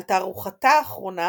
על תערוכתה האחרונה